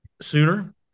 sooner